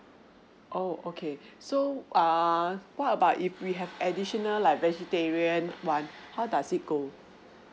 oh okay so err what about if we have additional like vegetarian one how does it go